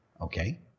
Okay